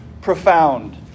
profound